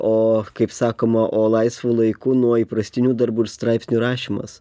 o kaip sakoma o laisvu laiku nuo įprastinių darbų ir straipsnių rašymas